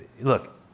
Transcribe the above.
Look